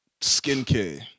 skincare